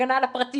הגנה על הפרטיות.